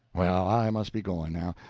well, i must be going now.